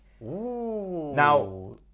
Now